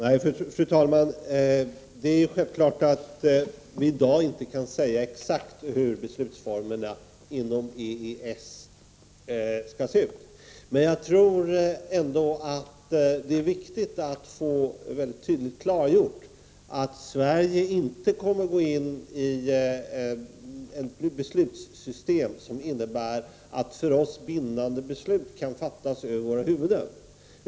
Fru talman! Självfallet kan vi i dag inte säga exakt hur beslutsformerna inom EES skall se ut. Men det är ändå enligt min mening viktigt att få mycket tydligt klargjort att Sverige inte kommer att gå in i ett beslutssystem som innebär att för oss bindande beslut kan fattas över våra huvuden.